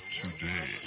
today